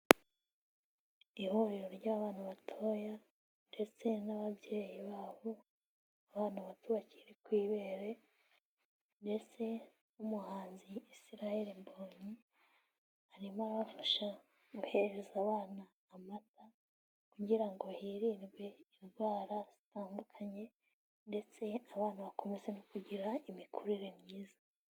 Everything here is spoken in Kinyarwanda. Ihuriro ry'abana batoya ndetse n'ababyeyi babo, abana bato bakiri ku ibere ndetse n'umuhanzi Israel Mbonyi, arimo abafasha guhereza abana amata kugira ngo hirindwe indwara zitandukanye ndetse abana bakomeze no kugira imikurire myiza.